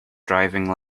driving